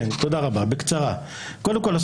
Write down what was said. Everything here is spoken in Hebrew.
קודם כול,